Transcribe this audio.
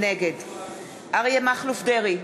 נגד אריה מכלוף דרעי,